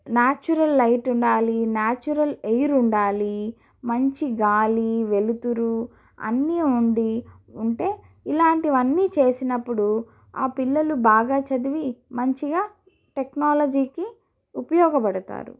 natural light ఉండాలి natural air ఉండాలి మంచి గాలి వెలుతురు అన్నీ ఉండి ఉంటే ఇలాంటివి అన్నీ చేసినప్పుడు ఆ పిల్లలు బాగా చదివి మంచిగా టెక్నాలజీకి ఉపయోగపడతారు